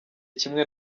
kimwe